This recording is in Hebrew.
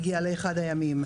הגיעה לאחד הימים,